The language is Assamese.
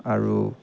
আৰু